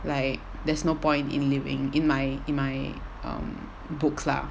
like there's no point in living in my in my um book lah